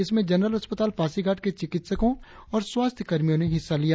इसमें जनरल अस्पताल पासीघाट के चिकित्सको और स्वास्थ्य कर्मियो ने हिस्सा लिया